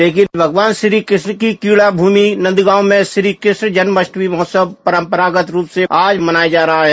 लेकिन भगवान श्रीकृष्ण की क्रीडा भूमि नंदगांव में श्रीकृष्ण जन्माष्टमी महोत्सव परंपरागत रूप से आज मनाया जा रहा है